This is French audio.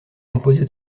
composé